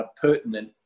pertinent